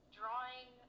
drawing